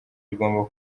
rigomba